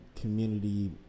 community